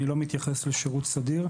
אני לא מתייחס לשירות סדיר.